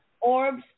orbs